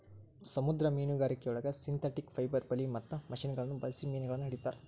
ಸಮುದ್ರ ಮೇನುಗಾರಿಕೆಯೊಳಗ synthetic fibre ಬಲಿ ಮತ್ತ ಮಷಿನಗಳನ್ನ ಬಳ್ಸಿ ಮೇನಗಳನ್ನ ಹಿಡೇತಾರ